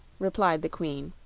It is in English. replied the queen.